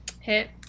Hit